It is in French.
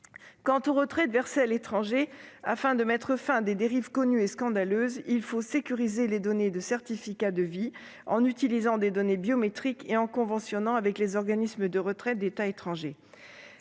viens aux retraites versées à étranger. Pour mettre fin à des dérives connues et scandaleuses, il faut sécuriser les données de certificats de vie en utilisant des données biométriques et en conventionnant avec les organismes de retraite d'États étrangers.